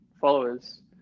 followers